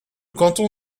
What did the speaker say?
canton